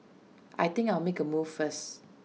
I think I'll make A move first